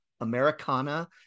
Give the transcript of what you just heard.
Americana